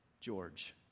George